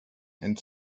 and